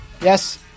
Yes